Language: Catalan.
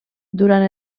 durant